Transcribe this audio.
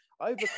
Over